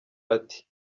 ati